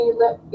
let